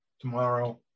tomorrow